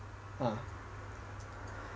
ah